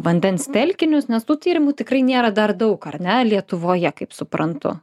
vandens telkinius nes tų tyrimų tikrai nėra dar daug ar ne lietuvoje kaip suprantu